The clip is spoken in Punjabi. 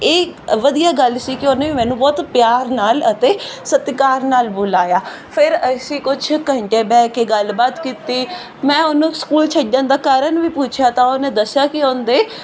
ਇਹ ਵਧੀਆ ਗੱਲ ਸੀ ਕਿ ਉਹਨੇ ਵੀ ਮੈਨੂੰ ਬਹੁਤ ਪਿਆਰ ਨਾਲ ਅਤੇ ਸਤਿਕਾਰ ਨਾਲ ਬੁਲਾਇਆ ਫਿਰ ਅਸੀਂ ਕੁਝ ਘੰਟੇ ਬਹਿ ਕੇ ਗੱਲਬਾਤ ਕੀਤੀ ਮੈਂ ਉਹਨੂੰ ਸਕੂਲ ਛੱਡਣ ਦਾ ਕਾਰਨ ਵੀ ਪੁੱਛਿਆ ਤਾਂ ਉਹਨੇ ਦੱਸਿਆ ਕਿ ਉਹਦੇ